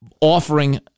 Offering